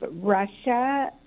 Russia